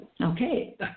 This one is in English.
Okay